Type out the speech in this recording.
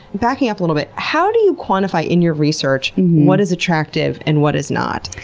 backing up a little bit, how do you quantify in your research what is attractive and what is not?